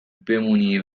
بمونی